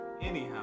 Anyhow